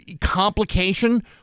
complication